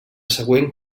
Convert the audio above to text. següent